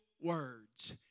words